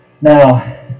Now